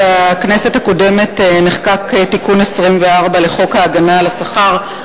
בכנסת הקודמת נחקק תיקון 24 לחוק ההגנה על השכר,